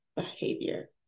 behavior